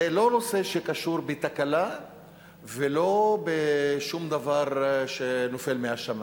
זה לא נושא שקשור בתקלה ובשום דבר שנופל מהשמים,